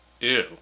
ew